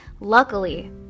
Luckily